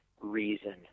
reason